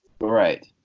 Right